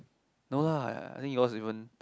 no lah I think yours even